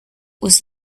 was